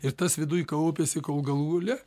ir tas viduj kaupiasi kol galų gale